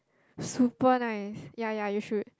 super nice ya ya you should